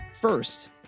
First